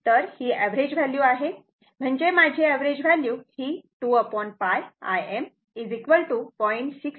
तर ही average value आहे म्हणजे माझी एव्हरेज व्हॅल्यू ही 2 π Im 0